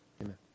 Amen